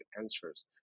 answers